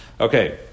Okay